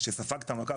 שספג את המכה,